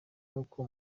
n’uko